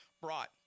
brought